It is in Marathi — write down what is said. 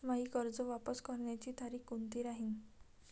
मायी कर्ज वापस करण्याची तारखी कोनती राहीन?